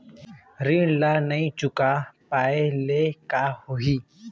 ऋण ला नई चुका पाय ले का होही?